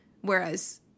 whereas